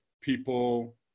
people